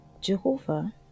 Jehovah